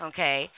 Okay